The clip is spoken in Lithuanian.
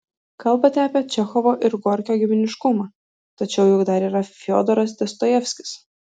kalbate apie čechovo ir gorkio giminiškumą tačiau juk dar yra fiodoras dostojevskis